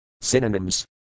Synonyms